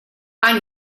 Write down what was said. ein